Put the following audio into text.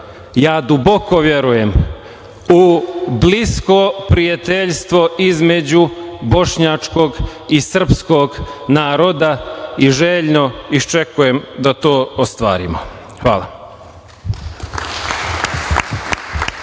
ja duboko verujem u blisko prijateljstvo između bošnjačkog i srpskog naroda i željno iščekujem da to ostvarimo. Hvala.